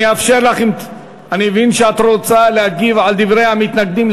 אני מבין שאת רוצה להשיב למתנגדים.